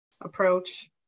approach